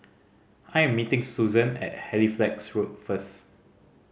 I am meeting Susan at Halifax Road first